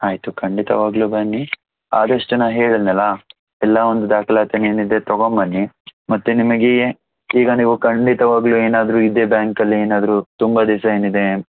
ಆಯಿತು ಖಂಡಿತವಾಗಲೂ ಬನ್ನಿ ಆದಷ್ಟು ನಾನು ಹೇಳಿದೆನಲ್ಲ ಎಲ್ಲ ಒಂದು ದಾಖಲಾತಿ ಏನಿದೆ ತೊಗೊಂಬನ್ನಿ ಮತ್ತು ನಿಮಗೆ ಈಗ ನೀವು ಖಂಡಿತವಾಗಲೂ ಏನಾದರೂ ಇದೇ ಬ್ಯಾಂಕಲ್ಲಿ ಏನಾದರೂ ತುಂಬ ದಿವಸ ಏನಿದೆ